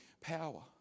power